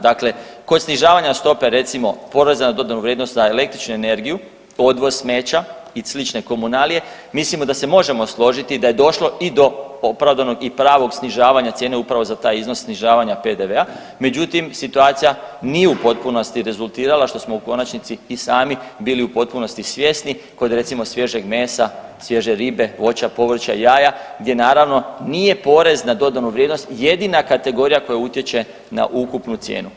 Dakle, kod snižavanja stope recimo poreza na dodanu vrijednost na električnu energiju, odvoz smeća i slične komunalije mislimo da se možemo složiti da je došlo i do opravdanog i pravog snižavanja cijene upravo za taj iznos snižavanja PDV-a, međutim situacija nije u potpunosti rezultira što smo u konačnici i sami bili u potpunosti svjesni kod recimo svježeg mesa, svježe ribe, voća, povrća, jaja gdje naravno nije porez na dodanu vrijednost jedina kategorija koja utječe na ukupnu cijenu.